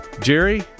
Jerry